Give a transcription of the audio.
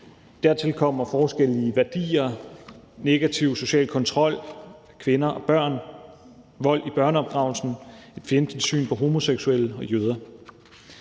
Dertil kommer forskelle i værdier, negativ social kontrol, kvinder og børn, vold i børneopdragelsen, et fjendtligt syn på homoseksuelle og jøder.